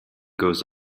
goes